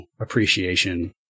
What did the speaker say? appreciation